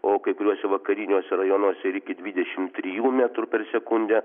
o kai kuriuose vakariniuose rajonuose ir iki dvidešim trijų metrų per sekundę